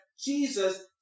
Jesus